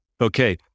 okay